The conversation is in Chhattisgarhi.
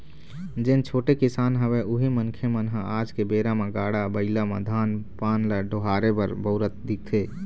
जेन छोटे किसान हवय उही मनखे मन ह आज के बेरा म गाड़ा बइला म धान पान ल डोहारे बर बउरत दिखथे